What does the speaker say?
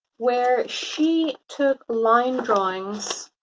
where she took line drawings,